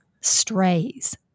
strays